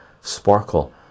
Sparkle